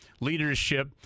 leadership